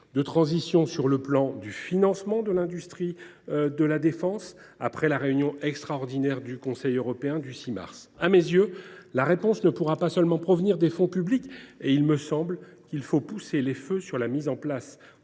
de transition, d’abord sur la question du financement de l’industrie de défense, après la réunion extraordinaire du Conseil européen du 6 mars. À mes yeux, la réponse ne pourra pas seulement provenir des fonds publics : nous devons pousser les feux sur la mise en place